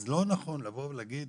אז לא נכון לבוא ולהגיד,